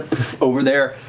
over there.